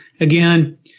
again